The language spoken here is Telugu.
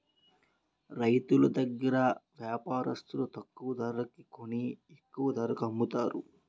రైతులు దగ్గర వ్యాపారస్తులు తక్కువ ధరకి కొని ఎక్కువ ధరకు అమ్ముతారు